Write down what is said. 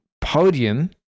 podium